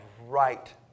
right